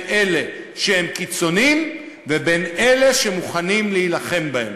אלה שהם קיצונים ובין אלה שמוכנים להילחם בהם.